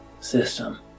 system